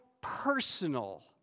personal